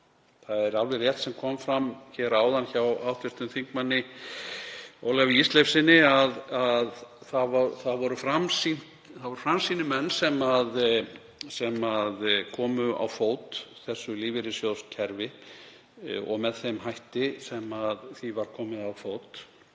Það er alveg rétt, sem kom fram áðan hjá hv. þm. Ólafi Ísleifssyni, að það voru framsýnir menn sem komu á fót þessu lífeyrissjóðakerfi og með þeim hætti sem því var komið á fót.